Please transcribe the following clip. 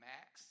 Max